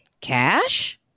cash